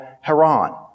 Haran